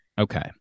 Okay